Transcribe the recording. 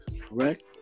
correct